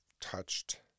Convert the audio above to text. touched